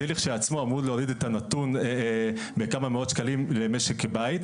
זה לכשעצמו אמור להוריד את הנתון בכמה מאות שקלים למשק בית.